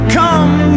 come